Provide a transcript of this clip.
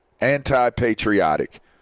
anti-patriotic